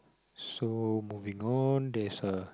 so moving on there's a